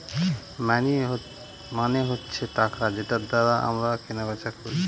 মানি মানে হচ্ছে টাকা যেটার দ্বারা আমরা কেনা বেচা করি